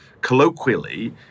colloquially